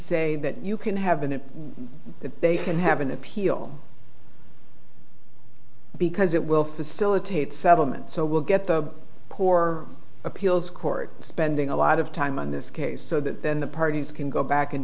say that you can have and they can have an appeal because it will facilitate settlement so we'll get the core appeals court spending a lot of time on this case so that then the parties can go back